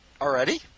Already